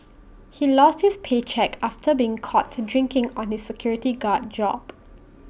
he lost his paycheck after being caught drinking on his security guard job